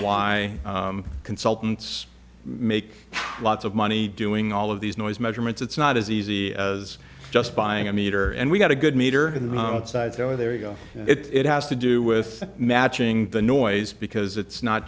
why consultants make lots of money doing all of these noise measurements it's not as easy as just buying a meter and we've got a good meter outside so there you go it has to do with matching the noise because it's not